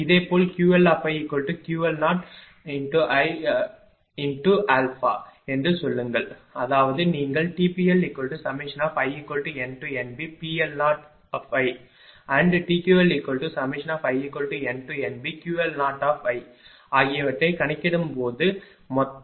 இதேபோல் QLiQL0×α என்று சொல்லுங்கள் அதாவது நீங்கள் TPLi2NBPL0 TQLi2NBQL0 ஆகியவற்றைக் கண்டுபிடிக்கும்போது மொத்தம்